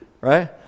right